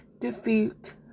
defeat